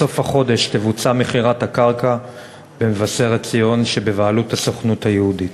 בסוף החודש תבוצע מכירת הקרקע במבשרת-ציון שבבעלות הסוכנות היהודית.